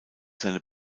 seine